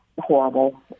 horrible